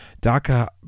Daka